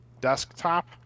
desktop